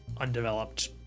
undeveloped